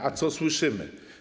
A co słyszymy?